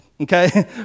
Okay